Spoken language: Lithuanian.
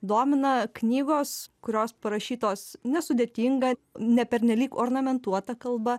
domina knygos kurios parašytos nesudėtinga nepernelyg ornamentuota kalba